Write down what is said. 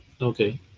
Okay